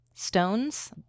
Stones